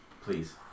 Please